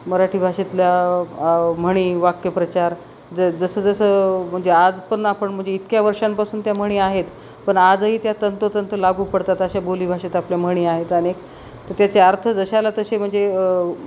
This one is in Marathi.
मराठी भाषेतल्या म्हणी वाक्यप्रचार ज जसंजसं म्हणजे आज पण आपण म्हणजे इतक्या वर्षांपासून त्या म्हणी आहेत पण आजही त्या तंतोतंत लागू पडतात अशा बोली भाषेत आपल्या म्हणी आहेत अनेक त त्याचे अर्थ जशाला तसे म्हणजे